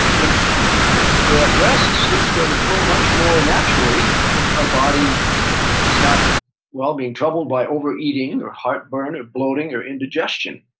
if we're at rest, sleep's gonna flow much more naturally if our body is not being troubled by overeating or heartburn or bloating or indigestion.